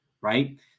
right